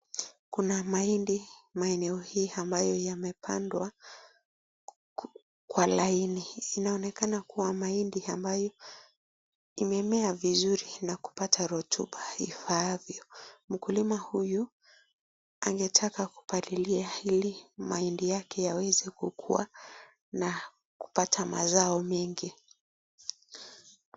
Kuna mahindi maeneo hii ambayo yamepandwa kwa laini, inaonekana kuwa mahindi ambayo imemea vizuri na kupata rotuba ifaavyo. Mkulima huyu angetaka kupalilia mahindi yake yaweze kukua na kupata mazao mengi.